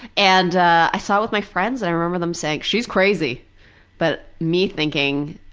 and ah i saw it with my friends and i remember them saying, she's crazy but me thinking,